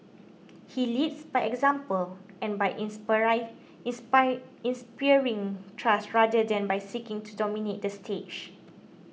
he leads by example and by inspiring trust rather than by seeking to dominate the stage